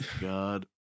god